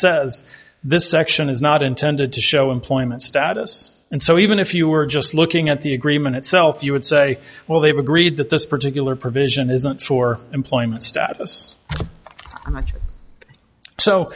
says this section is not intended to show employment status and so even if you were just looking at the agreement itself you would say well they've agreed that this particular provision isn't for employment status so